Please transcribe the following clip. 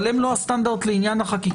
אבל הם לא הסטנדרט לעניין החקיקה.